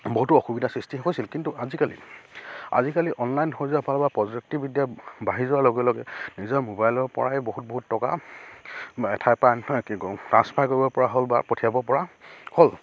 বহুতো অসুবিধাৰ সৃষ্টি হৈছিল কিন্তু আজিকালি আজিকালি অনলাইন হৈ যোৱা ফালৰপৰা প্ৰযুক্তিবিদ্যা বাঢ়ি যোৱাৰ লগে লগে নিজৰ মোবাইলৰপৰাই বহুত বহুত টকা এঠাইৰপৰা ট্ৰাঞ্চফাৰ কৰিব পৰা হ'ল বা পঠিয়াব পৰা হ'ল